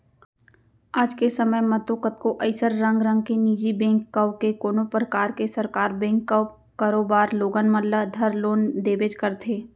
आज के समे म तो कतको अइसन रंग रंग के निजी बेंक कव के कोनों परकार के सरकार बेंक कव करोबर लोगन मन ल धर लोन देबेच करथे